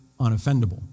unoffendable